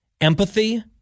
empathy